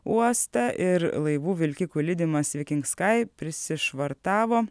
uostą ir laivų vilkikų lydimas viking sky prisišvartavo